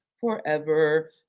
forever